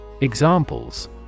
Examples